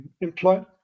employed